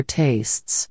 tastes